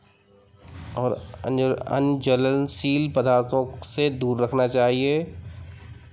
और अन्य ज्वलनशील पदार्थों से दूर रखना चाहिए